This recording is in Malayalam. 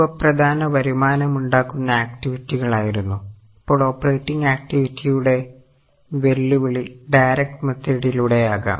ഇവ പ്രധാന വരുമാനമുണ്ടാക്കുന്ന ആക്റ്റിവിട്ടികൾ ആയിരുന്നു ഇപ്പോൾ ഓപ്പറേറ്റിംഗ് ആക്റ്റിവിറ്റിയുടെ വെല്ലുവിളി ഡയറക്ട് മെത്തേഡിലൂടെ ആകാം